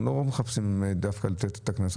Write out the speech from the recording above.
אנחנו לא מחפשים דווקא לתת את הקנס.